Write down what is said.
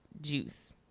juice